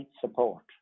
support